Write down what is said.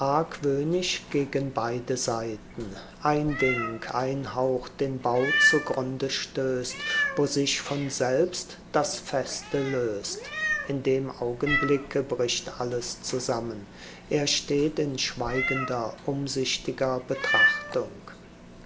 argwöhnisch gegen beide seiten ein wink ein hauch den bau zugrunde stößt wo sich von selbst das feste löst in dem augenblicke bricht alles zusammen er steht in schweigender umsichtiger betrachtung